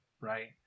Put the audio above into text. right